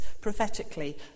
prophetically